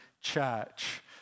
church